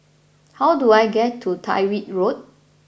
how do I get to Tyrwhitt Road